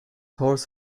horse